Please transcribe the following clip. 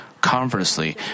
Conversely